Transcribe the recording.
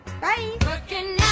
Bye